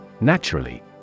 Naturally